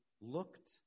looked